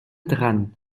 dran